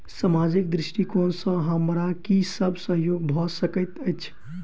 सामाजिक दृष्टिकोण सँ हमरा की सब सहयोग भऽ सकैत अछि?